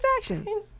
transactions